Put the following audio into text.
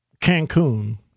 Cancun